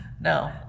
No